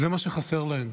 זה מה שחסר להם.